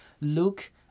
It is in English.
look